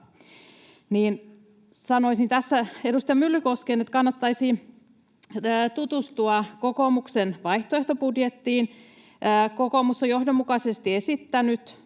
Sanoisin tässä edustaja Myllykoskelle, että kannattaisi tutustua kokoomuksen vaihtoehtobudjettiin. Kokoomus on johdonmukaisesti esittänyt